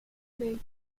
bates